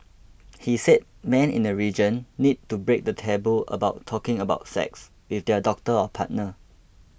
he said men in the region need to break the taboo about talking about sex with their doctor or partner